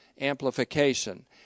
amplification